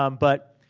um but,